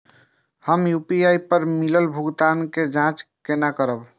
हम यू.पी.आई पर मिलल भुगतान के जाँच केना करब?